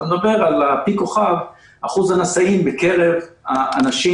ב-*P מדברים על אחוז הנשאים בקרב האנשים